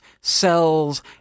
cells